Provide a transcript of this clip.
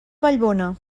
vallbona